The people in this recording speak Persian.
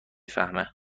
فهمه